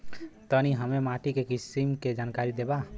तनि हमें माटी के किसीम के जानकारी देबा?